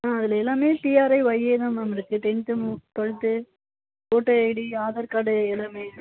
அதில் எல்லாம் P R I Y A தான் மேம் இருக்குது டென்த்து மு ட்வல்த்து ஓட்டைடி ஆதார் கார்டு எல்லாம்